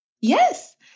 Yes